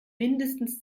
mindestens